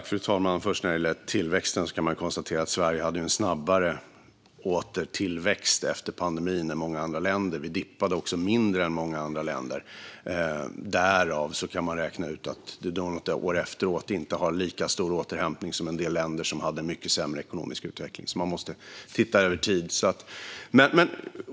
Fru talman! När det gäller tillväxten kan man konstatera att Sverige hade en snabbare återtillväxt efter pandemin än många andra länder. Vi dippade också mindre än många andra länder. Därav kan man räkna ut att vi då något år efteråt inte har lika stor återhämtning som en del länder som hade en mycket sämre ekonomisk utveckling. Man måste alltså se det över tid.